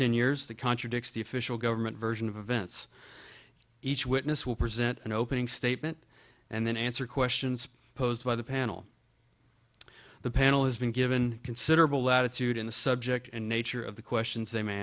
ten years that contradicts the official government version of events each witness will present an opening statement and then answer questions posed by the panel the panel has been given considerable latitude in the subject and nature of the questions they may